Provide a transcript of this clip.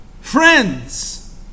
friends